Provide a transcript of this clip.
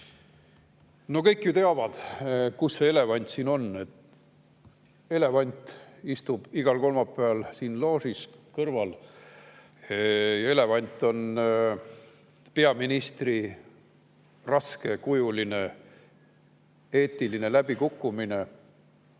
ju teavad, kus see elevant siin on. Elevant istub igal kolmapäeval siin loožis. Elevant on peaministri raskekujuline eetiline läbikukkumine,